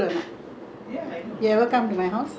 my house in alexandra you know so much fun